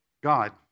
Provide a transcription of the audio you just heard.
God